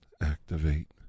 activate